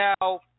Now